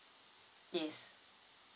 yes